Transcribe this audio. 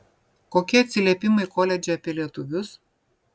kokie atsiliepimai koledže apie lietuvius